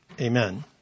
Amen